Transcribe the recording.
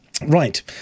Right